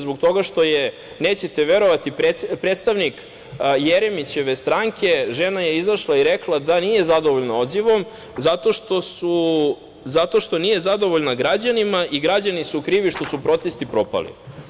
Zbog toga što je, nećete verovati, predstavnik Jeremićeve stranke, žena je izašla i rekla da nije zadovoljna odzivom zato što nije zadovoljna građanima i građani su krivi zato što su protesti propali.